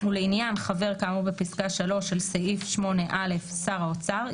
ולעניין חבר כאמור בפסקה (3) של סעיף 8(א) שר האוצר,